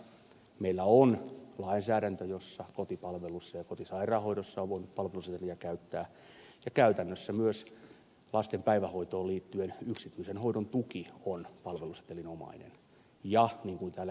meillä on lainsäädäntö jossa kotipalvelussa ja kotisairaanhoidossa on voinut palveluseteliä käyttää ja käytännössä myös lasten päivähoitoon liittyen yksityisen hoidon tuki on palvelusetelinomainen ja niin kuin täällä ed